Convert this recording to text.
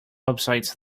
websites